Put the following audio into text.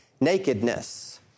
nakedness